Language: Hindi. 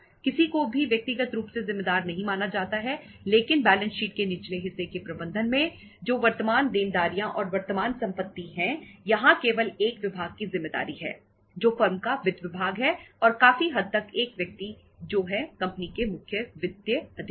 किसी को भी व्यक्तिगत रूप से जिम्मेदार नहीं माना जाता है लेकिन बैलेंस शीट के निचले हिस्से के प्रबंधन में जो वर्तमान देनदारियां और वर्तमान संपत्ति हैं यहां केवल एक विभाग की जिम्मेदारी है जो फर्म का वित्त विभाग है और काफी हद तक एक व्यक्ति जो है कंपनी के मुख्य वित्तीय अधिकारी